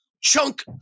chunk